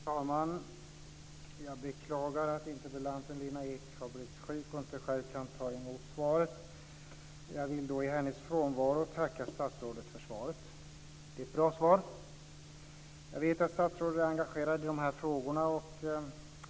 Herr talman! Jag beklagar att interpellanten Lena Ek har blivit sjuk och inte själv kan ta emot svaret. Jag vill i hennes frånvaro tacka statsrådet för svaret. Det är ett bra svar. Jag vet att statsrådet är engagerad i de här frågorna.